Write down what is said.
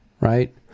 Right